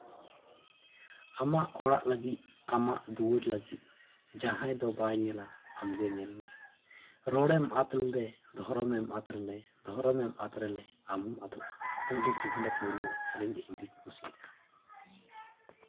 ᱟᱢᱟᱜ ᱚᱲᱟᱜ ᱞᱟᱹᱜᱤᱫ ᱟᱢᱟᱜ ᱫᱩᱣᱟᱹᱨ ᱞᱟᱹᱜᱤᱫ ᱡᱟᱦᱟᱸᱭ ᱫᱚ ᱵᱟᱭ ᱧᱮᱞᱟ ᱟᱢ ᱜᱮ ᱧᱮᱞ ᱢᱮ ᱨᱚᱲᱮᱢ ᱟᱫ ᱞᱮᱨᱮ ᱫᱷᱚᱨᱚᱢᱮᱢ ᱟᱫ ᱞᱮᱨᱮ ᱫᱷᱚᱨᱚᱢᱮᱢ ᱟᱫ ᱯᱮᱨᱮ ᱟᱢ ᱦᱚᱸᱢ ᱟᱫᱚᱜᱼᱟ ᱯᱚᱸᱰᱤᱛ ᱨᱟᱹᱜᱷᱩᱱᱟᱛᱷ ᱢᱩᱨᱢᱩᱣᱟᱜ ᱥᱮᱨᱮᱧ ᱜᱮ ᱤᱧ ᱫᱚᱹᱧ ᱠᱩᱥᱤᱭᱟᱜᱼᱟ